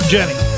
Jenny